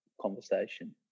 conversation